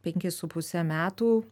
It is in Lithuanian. penki su puse metų